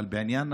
בעניין